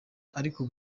ariko